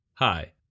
Hi